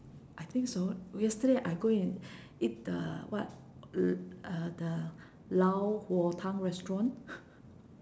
I think so yesterday I go and eat the what l~ uh the 老火汤 restaurant